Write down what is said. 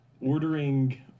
ordering